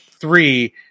three